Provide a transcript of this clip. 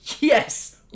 yes